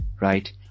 right